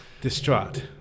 distraught